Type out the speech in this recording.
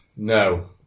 No